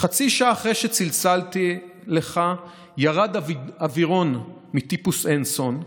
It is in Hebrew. חצי שעה אחרי שצלצלתי לך ירד אווירון מטיפוס אנסון.